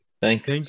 Thanks